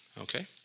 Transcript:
Okay